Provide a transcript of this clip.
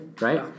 right